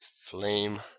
flame